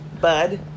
Bud